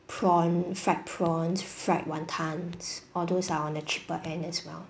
prawn fried prawns fried wontons all those are on the cheaper end as well